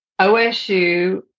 OSU